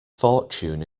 fortune